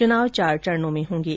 चुनाव चार चरणों में होंगे